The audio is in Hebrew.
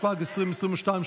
התשפ"ג 2023,